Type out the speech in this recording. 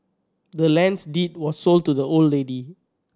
the land's deed was sold to the old lady